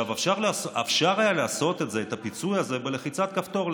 אפשר היה לעשות את הפיצוי הזה בלחיצת כפתור,